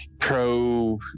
pro